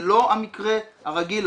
זה לא המקרה הרגיל,